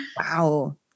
Wow